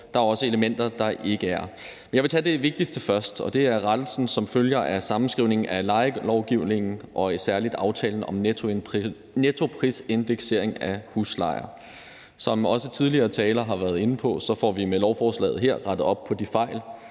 der er også elementer, der ikke er. Jeg vil tage det vigtigste først, og det er rettelsen som følge af sammenskrivningen af lejelovgivningen og særlig aftalen om nettoprisindeksering af huslejer. Som også tidligere talere har været inde på, får vi med lovforslaget her rettet op på de fejl,